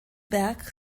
werk